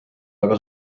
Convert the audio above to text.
väga